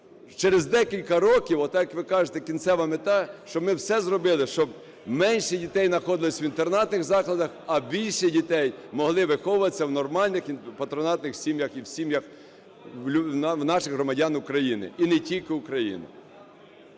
через декілька років ота, як ви кажете, кінцева мета, щоб ми все зробили, щоб менше дітей находилися в інтернатних закладах, а більше дітей могли виховуватися в нормальних патронатних сім'ях і в сім'ях наших громадян України, і не тільки України.